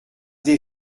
des